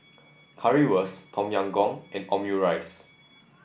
Currywurst Tom Yam Goong and Omurice